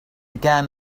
كان